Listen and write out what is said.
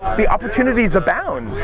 the opportunities abound.